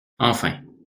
enfin